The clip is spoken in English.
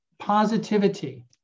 positivity